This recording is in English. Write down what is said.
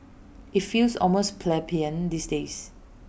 IT feels almost plebeian these days